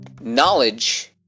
knowledge